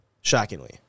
shockingly